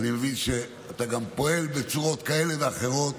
ואני מבין שאתה גם פועל בצורות כאלה ואחרות.